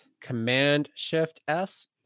Command-Shift-S